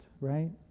right